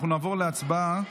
נעבור להצבעה,